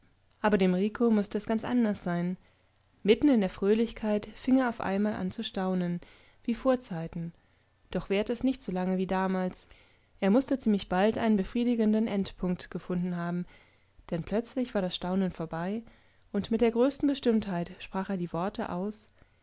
aber dem rico mußte es ganz anders sein mitten in der fröhlichkeit fing er auf einmal zu staunen an wie vorzeiten doch währte es nicht so lange wie damals er mußte ziemlich bald einen befriedigenden endpunkt gefunden haben denn plötzlich war das staunen vorbei und mit der größten bestimmtheit sprach er die worte aus